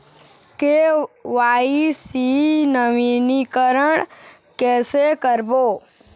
KYC नवीनीकरण कैसे करबो?